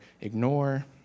ignore